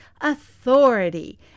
authority